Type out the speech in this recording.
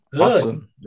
Awesome